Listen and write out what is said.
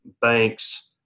banks